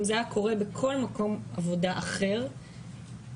אם זה היה קורה בכל מקום עבודה אחר הייתה